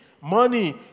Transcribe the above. Money